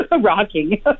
rocking